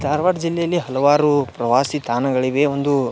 ಧಾರ್ವಾಡ್ ಜಿಲ್ಲೆಯಲ್ಲಿ ಹಲವಾರು ಪ್ರವಾಸಿ ತಾನಗಳಿವೆ ಒಂದು